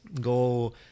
Go